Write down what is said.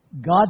God